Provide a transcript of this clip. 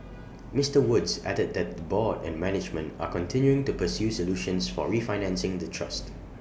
Mister Woods added that the board and management are continuing to pursue solutions for refinancing the trust